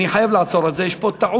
אני חייב לעצור את זה, יש פה טעות.